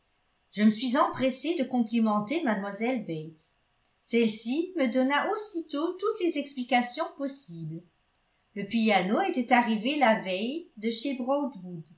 je me suis empressée de complimenter mlle bates celle-ci me donna aussitôt toutes les explications possibles le piano était arrivé la veille de chez